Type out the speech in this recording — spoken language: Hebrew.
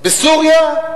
בסוריה?